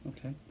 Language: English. Okay